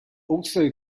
also